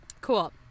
Cool